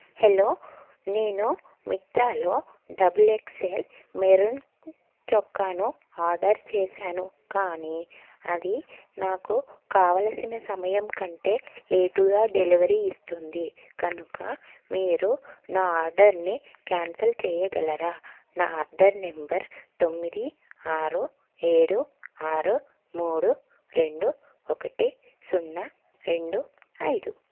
hello నేను మిత్రాలో double excel maroon చొక్కాను ఆర్డర్ చేసాను కానీ అది నాకు కావాల్సిన సమయం కంటే లేటుగా డెలివరీ ఇస్తుంది కనుక మీరు నా ఆర్డర్ని క్యాన్సిల్ చెయ్యగలరా నా ఆర్డర్ నెంబర్ తొమ్మిది ఆరు ఏడు ఆరు మూడు రెండు ఒకటి సున్నా రెండు ఐదు